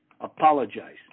Apologize